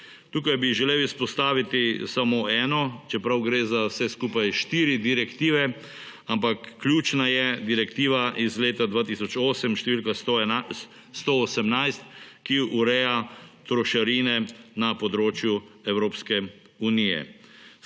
Tukaj bi želel izpostaviti samo eno, čeprav gre za vse skupaj štiri direktive, ampak ključna je direktiva iz leta 2008, številka 118, ki ureja trošarine na področju Evropske unije.